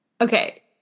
okay